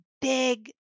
big